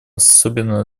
особенно